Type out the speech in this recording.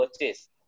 purchase